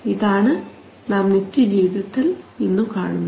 ഇതാണ് നാം നിത്യജീവിതത്തിൽ ഇന്നു കാണുന്നത്